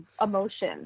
emotion